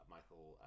Michael